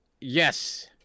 Yes